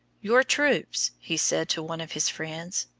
your troops, he said to one of his friends,